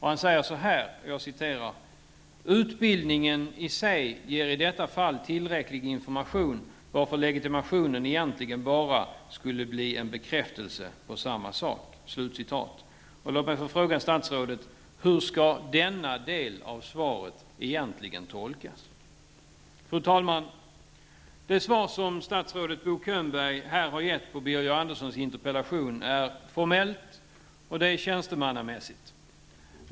Han säger följande: ''Utbildningen i sig ger i detta fall tillräcklig information, varför legitimationen egentligen bara skulle bli en bekräftelse på samma sak.'' Låt mig få fråga statsrådet: Hur skall denna del av svaret egentligen tolkas? Det svar som statsrådet Bo Könberg här har gett på Birger Anderssons interpellation är formellt och tjänstemannamässigt.